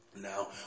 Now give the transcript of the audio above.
Now